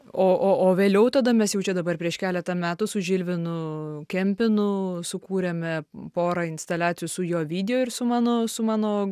o o o vėliau tada mes jau čia dabar prieš keletą metų su žilvinu kempinu sukūrėme porą instaliacijų su jo video ir su mano su mano